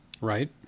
Right